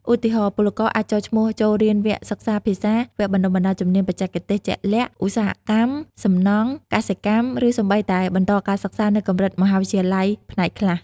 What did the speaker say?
ឧទាហរណ៍ ពលករអាចចុះឈ្មោះចូលរៀនវគ្គសិក្សាភាសា វគ្គបណ្ដុះបណ្ដាលជំនាញបច្ចេកទេសជាក់លាក់ (ឧស្សាហកម្ម សំណង់ កសិកម្ម) ឬសូម្បីតែបន្តការសិក្សានៅកម្រិតមហាវិទ្យាល័យផ្នែកខ្លះ។